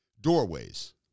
Doorways